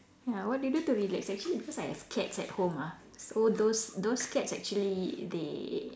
ya what do you do to relax actually because I have cats at home ah so those those cats actually they